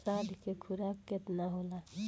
साढ़ के खुराक केतना होला?